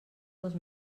dos